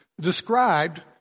described